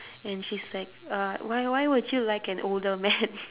and she's like uh why why would you like an older man